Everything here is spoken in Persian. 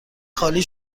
خالی